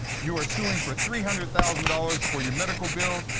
you're suing for three hundred thousand dollars for your medical bills,